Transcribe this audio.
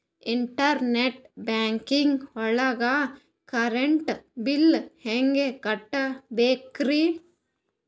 Internet banking ಒಳಗ್ current bill ಹೆಂಗ್ ಕಟ್ಟ್ ಬೇಕ್ರಿ?